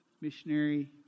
missionary